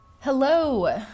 Hello